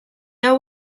hau